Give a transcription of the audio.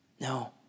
No